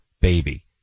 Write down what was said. Baby